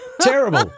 terrible